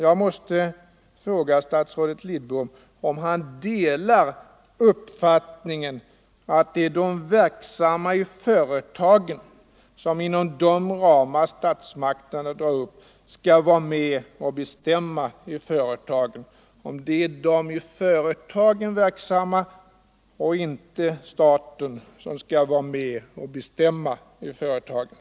Jag måste fråga statsrådet Lidbom om han delar uppfattningen att det är de verksamma i företagen —- och inte staten - som inom de ramar statsmakterna drar upp skall vara med och bestämma i företagen.